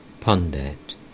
pundit